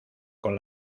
con